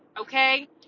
okay